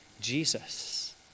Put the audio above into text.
Jesus